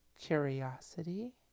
curiosity